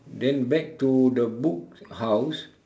then back to the books house